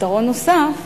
פתרון נוסף,